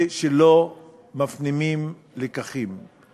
זה שלא מפנימים לקחים.